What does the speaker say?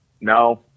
No